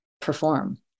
perform